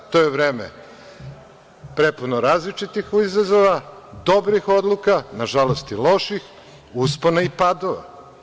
To je vreme prepuno različitih izazova, dobrih odluka, nažalost i loših, uspona i padova.